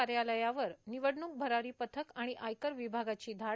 कार्यालयावर निवडणूक भरारी पथक आणि आयकर विभागाची धाड